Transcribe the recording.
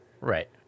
Right